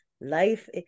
life